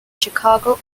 chicago